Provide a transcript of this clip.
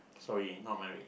sorry not married